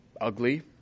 ugly